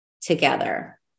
together